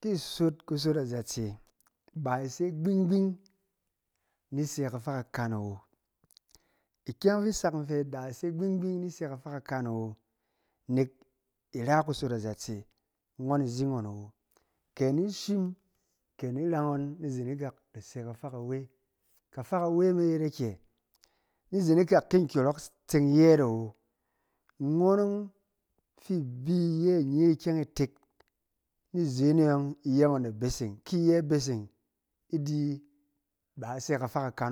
Ki isot kusot azatse ba ise gbing going ni ise kafakan awo. ikyɛng fi isak in di fɛ da ise gbing-gbing ni se kafa kakan awo ne kina kusot azatse ngɔn izi ngnɔn awo. Ke ni shim ke ni naghaɔn ni izen ikak ida se kafa kawe, kafa kawe. Kafa kawe me yet akyɛ? Ni izen ikak ki nkyɔrk tseng vɛɛt awo ngbɔn yɔng fi ibi iyɛ inye ikyɛng itek ni ken ne yɔng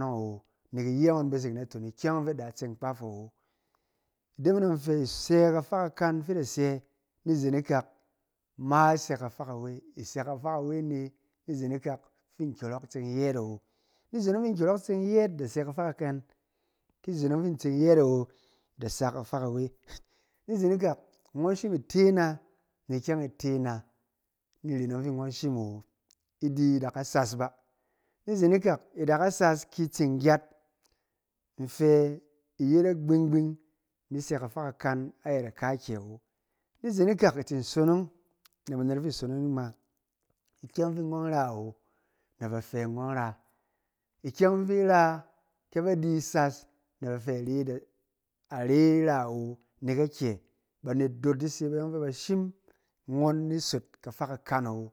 a wo. Nek iyɛ ngbɔn beseng naton ikyɛng dɔng nfɛ isɛ kafa kakan fi ida sɛ ni izen ikak ma isɛ kafa kawe. Isɛ kafa kawe me ni izen ikak fi nkyɔrɔk tseng yɛɛt awo. Ni izen yɔng fi nkyɔrɔk tseng yɛɛt ida sɛ katak kakan. Ni izen yɔn fi intseng yɛɛt awo ida sɛ kafa kawe. Ni zen ikak shim ite ana ni ikyɛng e te ana, ni iren yɔng fi nghɔn shim awo, idi idaka sas ba. Ni izen ikak id aka so ski itseng gyad. Nfɛ iyet agbing gbing ni isɛ kafa kakan ayɛt a kakyɛ awo. Ni izen ikak na banet ti isonong yin ngma ikyɛng agbɔn ra awo na ba fɛ nghɔn ra, ikyɛng fi ira kɛ ba di isas na ba fɛ are da, are ra awo nek akyɛ banet doot dise bayɔng fɛ ba shim nghɔn ni sot kafa kakan awo.